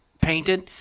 painted